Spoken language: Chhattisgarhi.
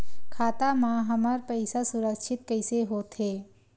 खाता मा हमर पईसा सुरक्षित कइसे हो थे?